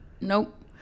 Nope